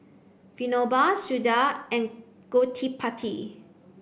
Vinoba Suda and Gottipati